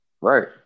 Right